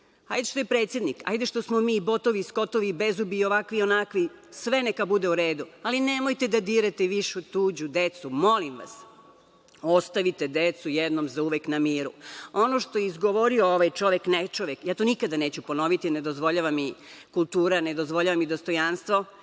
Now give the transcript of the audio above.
Hajde što je predsednik, hajde što smo mi botovi, skotovi, bezubi, ovakvi i onakvi, sve neka bude u redu, ali nemojte da dirate više tuđu decu, molim vas. Ostavite decu jednom zauvek na miru. Ono što je izgovorio ovaj čovek, nečovek, ja to nikada neću ponoviti, ne dozvoljava mi kultura, ne dozvoljava mi dostojanstvo,